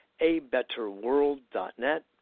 abetterworld.net